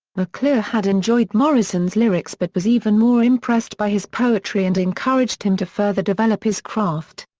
mcclure had enjoyed morrison's lyrics but was even more impressed by his poetry and encouraged him to further develop his craft.